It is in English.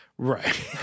Right